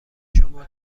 شما